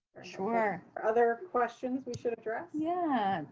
ah sure. other questions we should address? yeah.